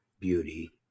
Beauty